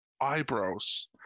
eyebrows